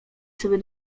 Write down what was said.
sobie